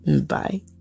bye